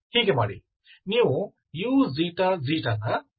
ಹೀಗೆ ಮಾಡಿ ನೀವು uξξ ನ ಪದಗಳನ್ನು ಸಂಗ್ರಹಿಸಿ